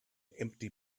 empty